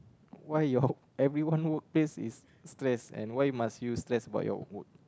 why your everyone work place is stress and why must you stress about your work